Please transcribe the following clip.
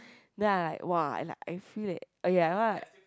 then I like !wah! like I feel that orh ya lah